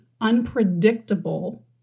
unpredictable